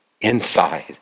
inside